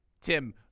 Tim